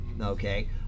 Okay